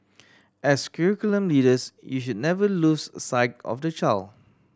as curriculum leaders you should never lose sight of the child